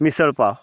misal pav